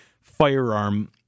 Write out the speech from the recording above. firearm